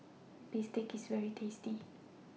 Bistake IS very tasty